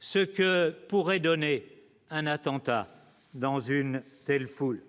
ce que pourrait donner un attentat dans une telle folie.